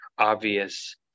obvious